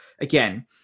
again